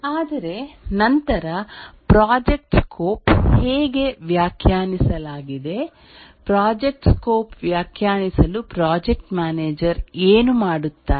ಆದರೆ ನಂತರ project scope ಹೇಗೆ ವ್ಯಾಖ್ಯಾನಿಸಲಾಗಿದೆ ಪ್ರಾಜೆಕ್ಟ್ ಸ್ಕೋಪ್ ವ್ಯಾಖ್ಯಾನಿಸಲು ಪ್ರಾಜೆಕ್ಟ್ ಮ್ಯಾನೇಜರ್ ಏನು ಮಾಡುತ್ತಾರೆ